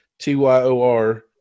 T-Y-O-R